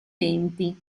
denti